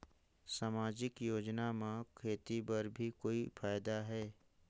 समाजिक योजना म खेती बर भी कोई फायदा है?